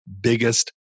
biggest